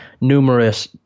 numerous